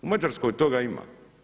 U Mađarskoj toga ima.